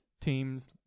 teams